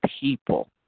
People